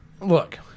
look